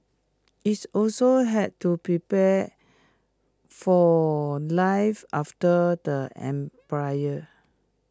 IT also had to prepare for life after the empire